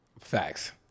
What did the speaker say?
facts